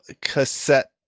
cassette